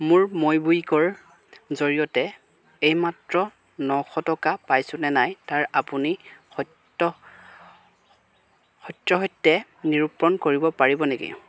মোৰ মইবুইকৰ জৰিয়তে এইমাত্ৰ নশ টকা পাইছো নে নাই তাৰ আপুনি সত্য সত্যসত্যে নিৰূপণ কৰিব পাৰিব নেকি